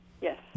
Yes